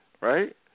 right